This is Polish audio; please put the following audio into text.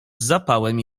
zapałem